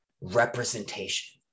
representation